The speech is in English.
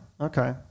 Okay